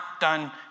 done